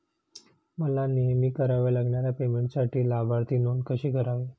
मला नेहमी कराव्या लागणाऱ्या पेमेंटसाठी लाभार्थी नोंद कशी करावी?